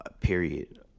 Period